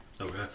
Okay